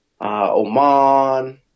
Oman